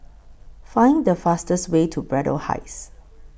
Find The fastest Way to Braddell Heights